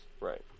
right